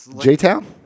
J-Town